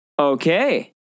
okay